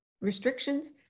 restrictions